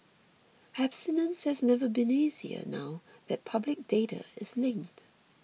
abstinence has never been easier now that public data is linked